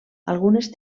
algunes